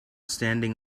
standing